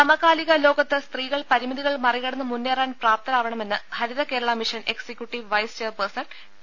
സമകാലിക ലോകത്ത് സ്ത്രീകൾ പരിമിതികൾ മറികടന്ന് മുന്നേറാൻ പ്രാപ്തരാവണമെന്ന് Haritha Kerala mission executive vice chairperson T